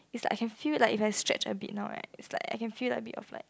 is like I can feel like if I stretch a bit now right it's like I can feel like a bit of like